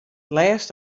lêst